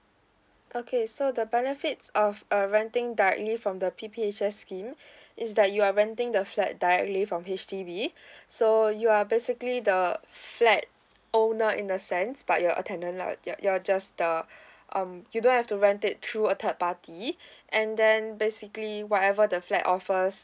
okay so the benefits of a renting directly from the P_P_H_S scheme is that you are renting the flat directly from H_D_B so you are basically the flat owner in a sense but you're a tenant lah you're you're just the um you don't have to rent it through a third party and then basically whatever the flat offers